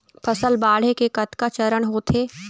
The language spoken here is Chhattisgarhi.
फसल बाढ़े के कतका चरण होथे?